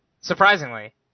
Surprisingly